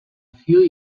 vier